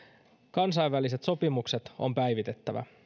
kansainväliset sopimukset on päivitettävä